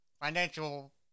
financial